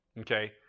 okay